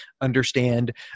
understand